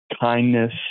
kindness